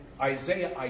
Isaiah